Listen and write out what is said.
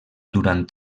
durant